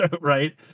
right